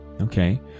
Okay